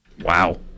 Wow